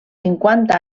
cinquanta